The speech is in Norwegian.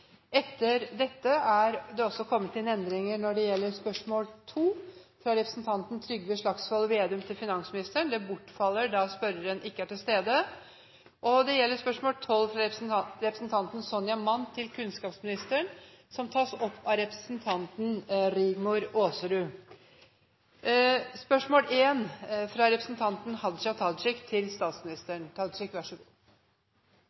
Spørsmål 2, fra representanten Trygve Slagsvold Vedum til finansministeren, bortfaller, da spørreren ikke er til stede. Spørsmål 12, fra representanten Sonja Mandt til kunnskapsministeren, blir tatt opp av representanten Rigmor Aasrud.